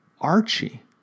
Archie